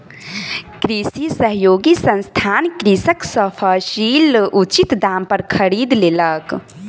कृषि सहयोगी संस्थान कृषक सॅ फसील उचित दाम पर खरीद लेलक